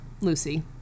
Lucy